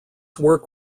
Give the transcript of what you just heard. work